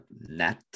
net